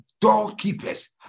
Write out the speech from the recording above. doorkeepers